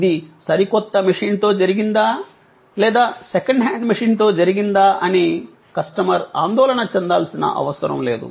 ఇది సరికొత్త మెషీన్తో జరిగిందా లేదా సెకండ్ హ్యాండ్ మెషీన్తో జరిగిందా అని కస్టమర్ ఆందోళన చెందాల్సిన అవసరం లేదు